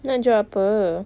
nak jual apa